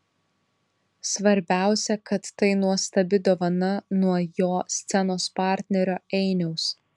svarbiausia kad tai nuostabi dovana nuo jo scenos partnerio einiaus